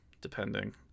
depending